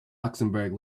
luxembourg